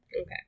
Okay